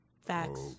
Facts